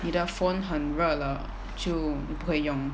你的 phone 很热了就不可以用